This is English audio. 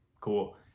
cool